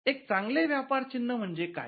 एक चांगले व्यापार चिन्ह म्हणजे काय